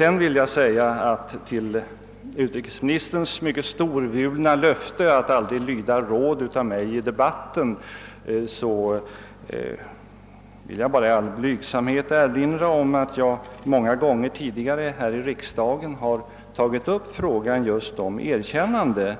Med anledning av utrikesministerns storvulna löfte att aldrig lyda råd av mig i debatten vill jag i all blygsamhet erinra om att jag många gånger tidigare här i riksdagen har tagit upp frågan om erkännande